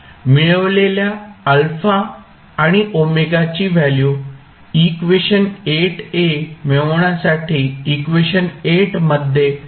मिळवलेल्या α आणि ω ची व्हॅल्यू इक्वेशन मिळवण्यासाठी इक्वेशन मध्ये समाविष्ट केले आहेत